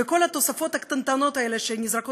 וכל התוספות הקטנטנות האלה שנזרקות